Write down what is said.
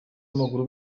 w’amaguru